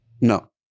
No